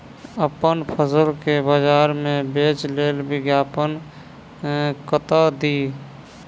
अप्पन फसल केँ बजार मे बेच लेल विज्ञापन कतह दी?